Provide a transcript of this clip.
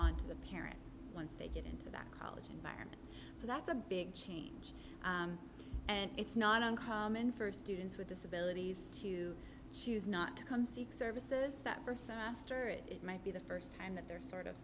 on to the parents once they get into that college environment so that's a big change and it's not uncommon for students with disabilities to choose not to come seek services that it might be the first time that they're sort of